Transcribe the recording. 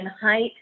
height